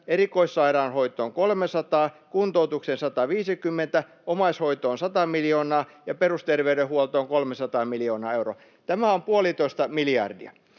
erikoissairaanhoitoon 300, kuntoutukseen 150, omaishoitoon 100 miljoonaa ja perusterveydenhuoltoon 300 miljoonaa euroa. Tämä on puolitoista miljardia.